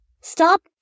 stop